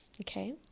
Okay